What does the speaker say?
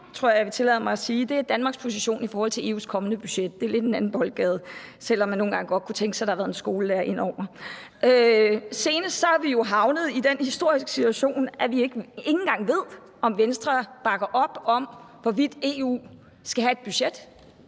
tror jeg jeg vil tillade mig at sige, er Danmarks position i forhold til EU's kommende budget. Det er lidt en anden boldgade, selv om man nogle gange godt kunne tænke sig, der havde været en skolelærer indover. Senest er vi jo havnet i den historiske situation, at vi ikke engang ved, om Venstre bakker op om, hvorvidt EU skal have et budget,